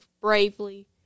bravely